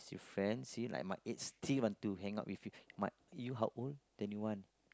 friends see like my age still want to hang out with you but you how would then you want